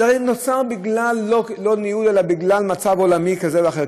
זה לא נוצר בגלל ניהול אלא בגלל מצב עולמי כזה ואחר.